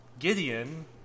Gideon